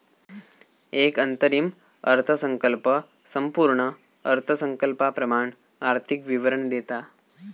एक अंतरिम अर्थसंकल्प संपूर्ण अर्थसंकल्पाप्रमाण आर्थिक विवरण देता